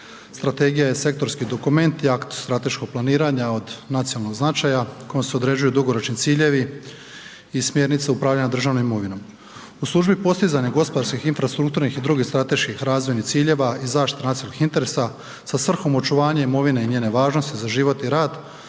strategija je sektorski dokument i akt strateškog planiranja od nacionalnog značaja kojom se određuju dugoročni ciljevi i smjernice upravljanja državnom imovinom. U službi postizanja gospodarskih, infrastrukturnih i drugih strateških razvojnih ciljeva i zaštite nacionalnih interesa sa svrhom očuvanja imovine i njene važnosti za život i rad